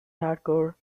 hardcore